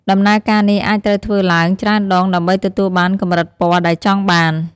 ដំណើរការនេះអាចត្រូវធ្វើឡើងច្រើនដងដើម្បីទទួលបានកម្រិតពណ៌ដែលចង់បាន។